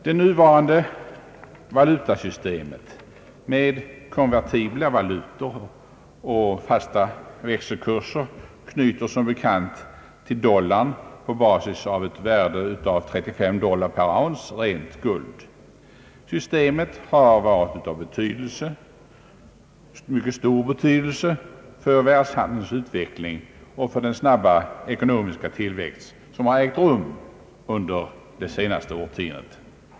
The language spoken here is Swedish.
Det nuvarande valutasystemet med konvertibla valutor och fasta växelkurser anknyter som bekant till dollarn på basis av ett värde av 35 dollar per ounce rent guld. Systemet har varit av mycket stor betydelse för världshandelns utveckling och för den snabba ekonomiska tillväxt som ägt rum under det senaste årtiondet.